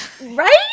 right